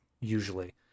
usually